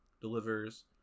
delivers